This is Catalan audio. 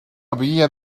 havia